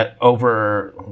over